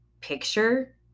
picture